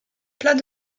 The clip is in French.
plat